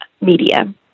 media